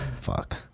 Fuck